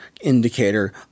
indicator